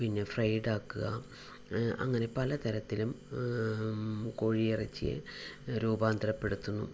പിന്നെ ഫ്രൈഡ് ആക്കുക അങ്ങനെ പല തരത്തിലും കോഴി ഇറച്ചിയെ രൂപാന്തരപ്പെടുത്തുണു